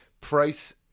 Price